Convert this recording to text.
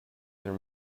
there